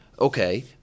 Okay